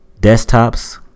desktops